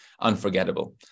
unforgettable